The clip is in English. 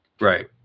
Right